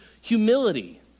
humility